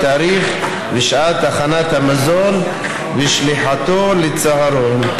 תאריך ושעת הכנת המזון ושליחתו לצהרון.